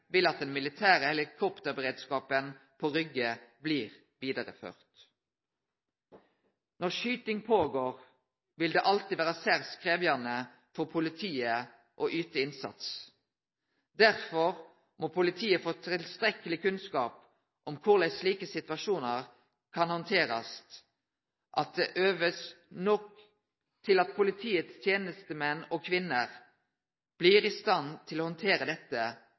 vil at den militære helikopterberedskapen på Rygge blir vidareførd. Når skyting går føre seg, vil det alltid vere særs krevjande for politiet å yte innsats. Derfor må politiet få tilstrekkeleg kunnskap om korleis slike situasjonar skal handterast, og at ein øver nok til at politiets tenestemenn og -kvinner blir i stand til å handtere dette